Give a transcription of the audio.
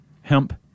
hemp